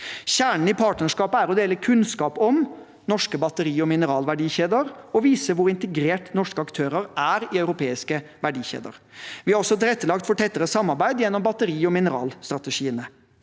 Kjernen i partnerskapet er å dele kunnskap om norske batteri- og mineralverdikjeder og å vise hvor integrert norske aktører er i europeiske verdikjeder. Vi har også tilrettelagt for tettere samarbeid gjennom batteri- og mineralstrategiene.